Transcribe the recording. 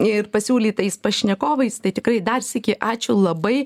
ir pasiūlytais pašnekovais tai tikrai dar sykį ačiū labai